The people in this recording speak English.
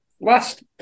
Last